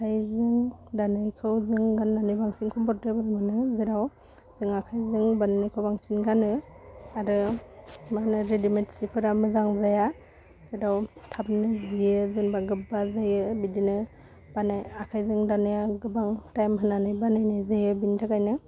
आखाइजों दानायखौ जों गान्नानै बांसिन कम्फरटेबोल मोनो जेराव जों आखाइजों बानायनायखौ बांसिन गानो आरो माहोनो रेडिमेट सिफोरा मोजां जाया जेराव थाबनो जियो गानबा गोब्बा जायो बिदिनो माने आखाइजों दानाया गोबाव टाइम होनानै बानायनाय जायो बिनि थाखायनो